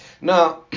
Now